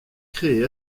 créé